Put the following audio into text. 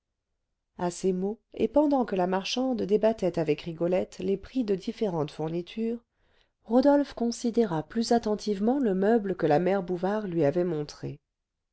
à ces mots et pendant que la marchande débattait avec rigolette les prix de différentes fournitures rodolphe considéra plus attentivement le meuble que la mère bouvard lui avait montré